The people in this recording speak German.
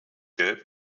gelb